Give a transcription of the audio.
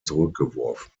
zurückgeworfen